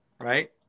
right